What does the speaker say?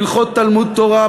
הלכות תלמוד תורה,